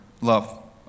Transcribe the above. love